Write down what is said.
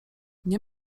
nie